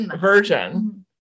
version